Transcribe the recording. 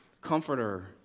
comforter